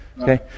Okay